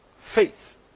faith